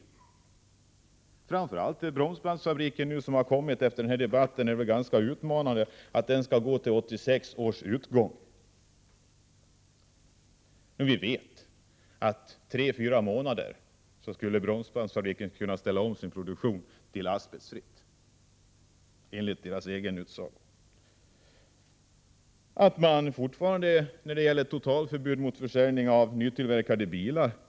Vad som nu framför allt är utmanande, efter den debatt som förts, är att Bromsbandsfabrikens dispens skall gälla till 1986 års utgång, samtidigt som Bromsbandsfabriken enligt egen utsago på tre till fyra månader skulle kunna ställa om sin produktion så att den blir asbestfri. Fortfarande skjuter man, sedan alltför lång tid tillbaka, framför sig ett totalförbud mot asbest i nytillverkade bilar.